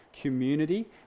community